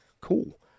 Cool